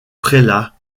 prélat